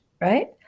Right